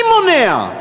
מי מונע?